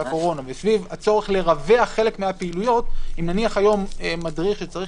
הקורונה וסביב הצורך לרווח חלק מהפעילויות אם למשל מדריך שצריך